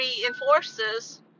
reinforces